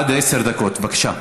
עד עשר דקות, בבקשה.